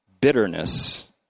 Bitterness